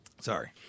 Sorry